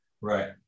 Right